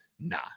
Nah